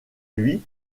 lui